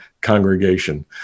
congregation